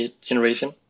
generation